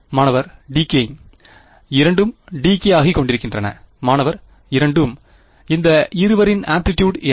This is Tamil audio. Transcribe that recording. மாணவர் டீகேயிங் இரண்டும் டீகே ஆகி கொண்டிருக்கின்றன மாணவர் இரண்டும் இந்த இருவரின் ஆம்ப்ளிடியுட் என்ன